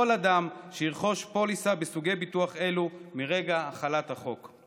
אדם שירכוש פוליסה בסוגי ביטוח אלו מרגע החלת החוק.